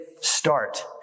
start